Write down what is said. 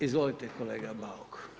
Izvolite kolega Bauk.